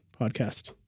podcast